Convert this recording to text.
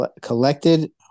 collected